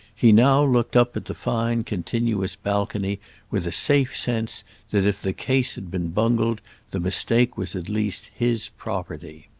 he now looked up at the fine continuous balcony with a safe sense that if the case had been bungled the mistake was at least his property.